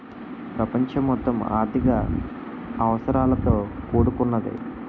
ప్రపంచం మొత్తం ఆర్థిక అవసరాలతో కూడుకున్నదే